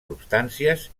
substàncies